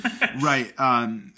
Right